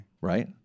right